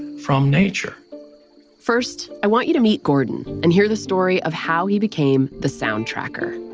and from nature first, i want you to meet gordon and hear the story of how he became the sound tracker,